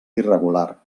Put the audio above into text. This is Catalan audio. irregular